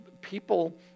people